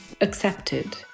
accepted